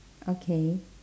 okay